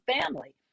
family